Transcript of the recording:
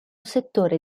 settore